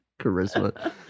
Charisma